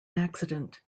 accident